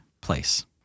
place